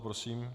Prosím.